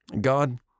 God